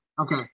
Okay